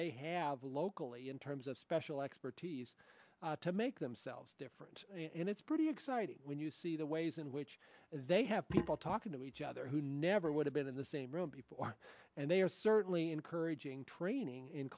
they have locally in terms of special expertise to make themselves different and it's pretty exciting when you see the ways in which they have people talking to each other who never would have been in the same room before and they are certainly encouraging training in